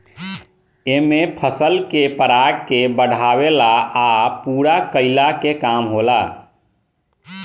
एमे फसल के पराग के बढ़ावला आ पूरा कईला के काम होला